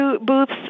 booths